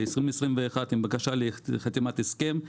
ב-2021 עם בקשה לחתימת הסכם,